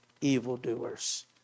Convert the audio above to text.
evildoers